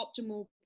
optimal